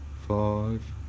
five